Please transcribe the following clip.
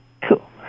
Cool